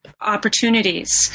opportunities